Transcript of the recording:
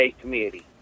committee